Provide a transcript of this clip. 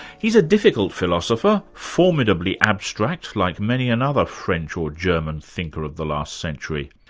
he's a difficult philosopher, formidably abstract, like many another french or german thinker of the last century.